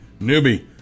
newbie